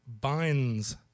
binds